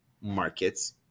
markets